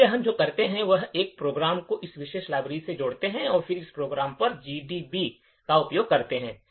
इसलिए हम जो करते हैं वह एक प्रोग्राम को इस विशेष लाइब्रेरी से जोड़ते हैं और फिर उस प्रोग्राम पर GDB का उपयोग करते हैं